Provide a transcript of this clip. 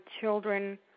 children